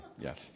Yes